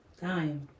Time